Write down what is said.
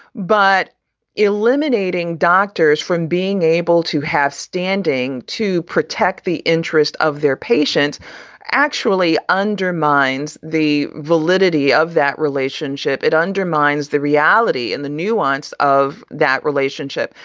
but eliminating doctors from being able to have standing to protect the interests of their patients actually undermines the validity of that relationship. it undermines the reality and the nuance of that relationship.